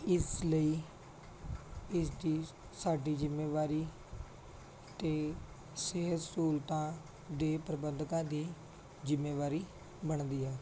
ਇਸ ਲਈ ਇਸ ਦੀ ਸਾਡੀ ਜ਼ਿੰਮੇਵਾਰੀ ਅਤੇ ਸਿਹਤ ਸਹੂਲਤਾਂ ਦੇ ਪ੍ਰਬੰਧਕਾਂ ਦੀ ਜ਼ਿੰਮੇਵਾਰੀ ਬਣਦੀ ਹੈ